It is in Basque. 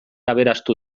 aberastu